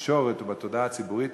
בתקשורת ובתודעה הציבורית,